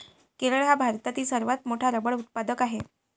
केरळ हा भारतातील सर्वात मोठा रबर उत्पादक आहे